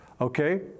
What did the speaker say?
Okay